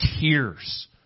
tears